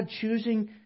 choosing